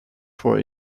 for